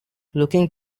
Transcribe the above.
looking